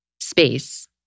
space